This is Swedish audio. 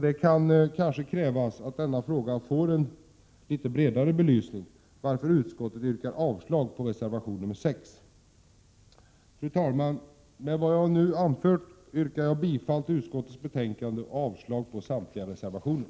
Det kan krävas att denna fråga får en litet bredare belysning, varför utskottet yrkar avslag på reservation 6. Fru talman! Med vad jag nu anfört yrkar jag bifall till hemställan i utskottets betänkande och avslag på samtliga reservationer.